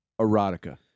erotica